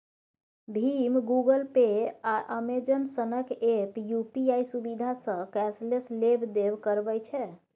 भीम, Google Pay, आ Amazon सनक app UPI सुविधासँ कैशलेस लेब देब करबै छै